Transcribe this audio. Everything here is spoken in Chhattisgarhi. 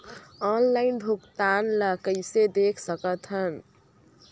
ऑनलाइन भुगतान ल कइसे देख सकथन?